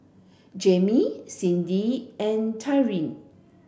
Jamie Cindy and Tyriq